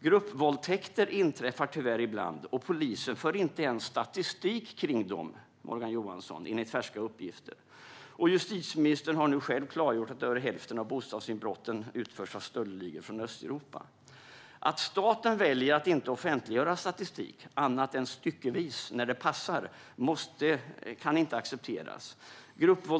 Gruppvåldtäkter inträffar tyvärr ibland, och polisen för enligt färska uppgifter inte ens statistik över dem, Morgan Johansson. Justitieministern har nu själv klargjort att över hälften av bostadsinbrotten i Sverige utförs av stöldligor från Östeuropa. Att staten väljer att inte offentliggöra statistik, annat är styckevis när det passar, kan inte accepteras.